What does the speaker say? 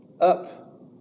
up